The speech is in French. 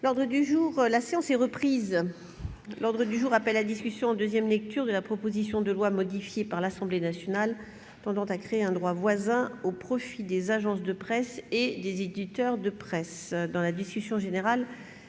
La séance est suspendue. L'ordre du jour appelle la discussion en deuxième lecture de la proposition de loi, modifiée par l'Assemblée nationale, tendant à créer un droit voisin au profit des agences de presse et des éditeurs de presse